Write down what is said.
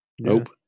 nope